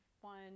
One